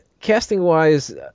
Casting-wise